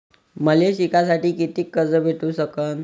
मले शिकासाठी कितीक कर्ज भेटू सकन?